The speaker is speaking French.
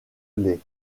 les